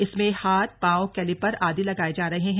इसमें हाथ पांव कैलिपर आदि लगाए जा रहे हैं